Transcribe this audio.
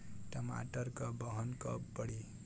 टमाटर क बहन कब पड़ी?